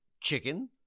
chicken